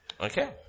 Okay